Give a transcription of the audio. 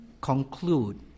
conclude